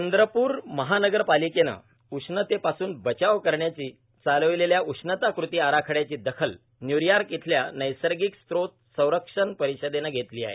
चंद्रपूर महानगरपालिकेनं उष्णतेपासून बचाव करण्याची चालविलेल्या उष्णता कृती आराखडयाची दखल न्य्यॉर्क इथल्या नैसर्गिक स्त्रोत संरक्षण परिषदेनं घेतली आहे